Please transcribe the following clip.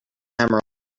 hammer